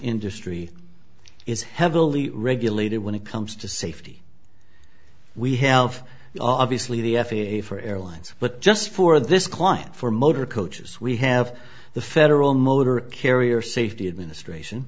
industry is heavily regulated when it comes to safety we have obviously the f a a for airlines but just for this client for motor coaches we have the federal motor carrier safety administration